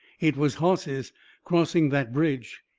it was hosses crossing that bridge.